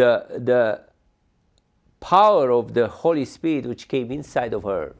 of the power of the holy spirit which came inside of her